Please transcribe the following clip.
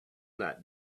that